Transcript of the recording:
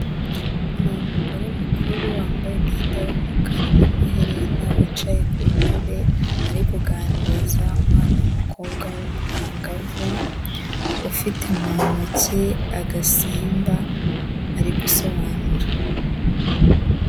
Ni umugore mukuru wambaye imyenda y'umukara n'amaherena wicaye ku ntebe ari kuganiriza umwana w'umukobwa w'umwangavu, ufite mu ntoki agasimba ari gusobanura.